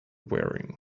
wearing